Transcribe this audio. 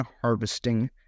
harvesting